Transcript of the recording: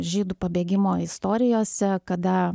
žydų pabėgimo istorijose kada